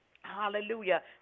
hallelujah